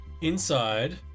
Inside